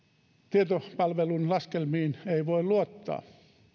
tietopalvelun laskelmiin ei voi luottaa